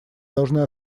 должны